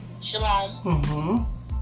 Shalom